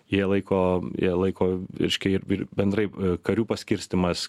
jie laiko ją laiko reiškia ir bendrai karių paskirstymas